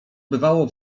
bywało